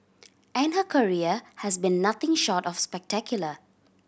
and her career has been nothing short of spectacular